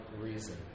reason